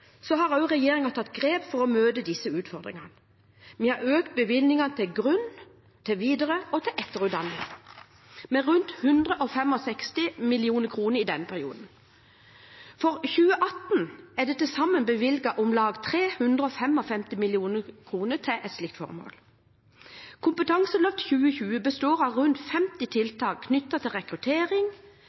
tatt grep for å møte disse utfordringene. Vi har økt bevilgningene til grunn-, videre- og etterutdanning med rundt 165 mill. kr i denne perioden. For 2018 er det til sammen bevilget om lag 355 mill. kr til slike formål. Kompetanseløft 2020 består av rundt 50 tiltak knyttet til rekruttering,